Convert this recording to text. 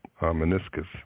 meniscus